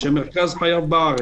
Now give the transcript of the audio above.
--- שמרכז חייו בארץ,